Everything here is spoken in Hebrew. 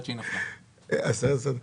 כל בן שנולד ליהודים, צריך לזרוק ליאור.